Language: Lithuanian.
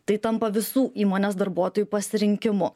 tai tampa visų įmonės darbuotojų pasirinkimu